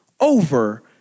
over